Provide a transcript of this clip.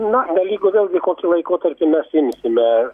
na nelygu vėlgi kokį laikotarpį mes imsime